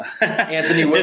Anthony